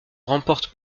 remporte